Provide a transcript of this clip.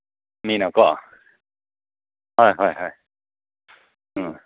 ꯃꯤꯅꯀꯣ ꯍꯣꯏ ꯍꯣꯏ ꯍꯣꯏ ꯎꯝ